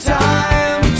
time